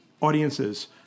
audiences